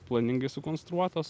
planingai sukonstruotas